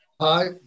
hi